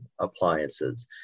appliances